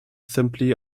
simply